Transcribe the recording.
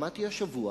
שמעתי השבוע